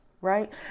right